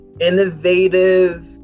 innovative